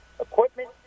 equipment